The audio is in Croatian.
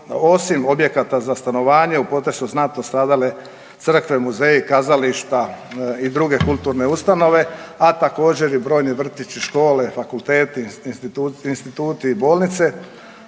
osim objekata za stanovanje u potresu znatno stradale crkve, muzeji, kazališta i druge kulturne ustanove, a također i brojni vrtići, škole, fakulteti, instituti i bolnice.